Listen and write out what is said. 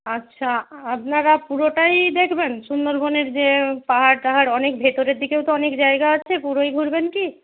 আচ্ছা আপনারা পুরোটাই দেখবেন সুন্দরবনের যে পাহাড় টাহাড় অনেক ভেতরের দিকেও তো অনেক জায়গা আছে পুরোই ঘুরবেন কি